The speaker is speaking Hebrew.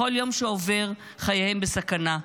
בכל יום שעובר חייהם בסכנה,